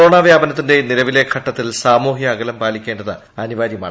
corona വ്യാപനത്തിന്റെ നിലവിലെ ഘട്ടത്തിൽ സാമൂഹ്യ അകലം പാലിക്കേണ്ടത് അനിവാര്യമാണ്